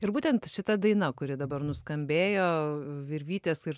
ir būtent šita daina kuri dabar nuskambėjo virvytės ir